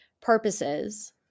purposes